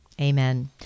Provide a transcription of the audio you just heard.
amen